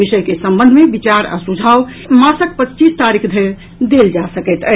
विषय के संबंध मे विचार आ सुझाव एहि मासक पच्चीस तारीख धरि देल जा सकैत अछि